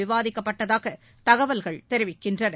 விவாதிக்கப்பட்டதாகதகவல்கள் தெரிவிக்கின்றன